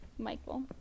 michael